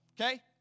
Okay